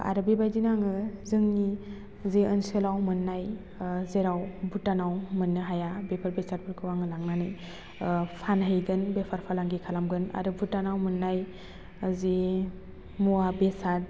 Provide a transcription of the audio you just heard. आरोबाव बेबायदिनो आङो जोंनि जि ओनसोलाव मोननाय जेराव भुटानाव मोनो हाया बेफोर बेसादफोरखौ आङो लांनानै फानहैगोन बेफार फालांगि खालामगोन आरो भुटानाव मोन्नाय जि मुवा बेसाद